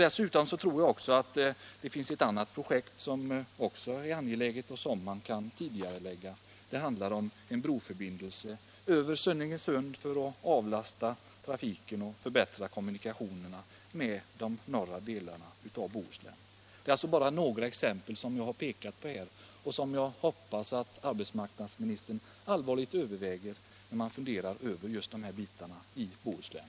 Ett annat projekt som också är angeläget och som jag tror att man kan tidigarelägga är en broförbindelse över Sunninge sund för att avlasta trafiken och förbättra kommunikationerna med de norra delarna av Bohuslän. Det är alltså bara några exempel som jag har pekat på här och som jag hoppas att arbetsmarknadsministern allvarligt överväger när man funderar över sysselsättningsproblemen i Bohuslän.